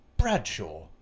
Bradshaw